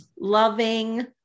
loving